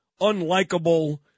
unlikable